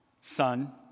son